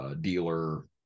dealer